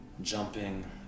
Jumping